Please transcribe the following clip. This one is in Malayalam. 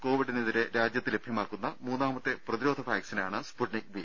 കോവിഡിനെതിരെ രാജ്യത്ത് ലഭ്യമാക്കുന്ന മൂന്നാമത്തെ പ്രതിരോധ വാക്സിനാണ് സ്പുട്നിക് വി